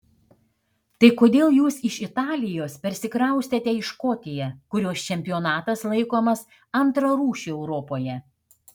tai kodėl jūs iš italijos persikraustėte į škotiją kurios čempionatas laikomas antrarūšiu europoje